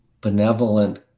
benevolent